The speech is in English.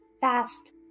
fast